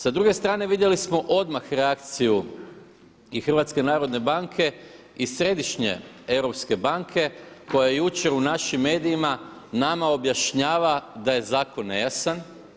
Sa druge strane vidjeli smo odmah reakciju i HNB-a i Središnje europske banke koja je jučer u našim medijima nama objašnjava da je zakon nejasan.